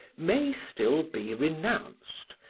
may still be renounced,